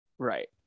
Right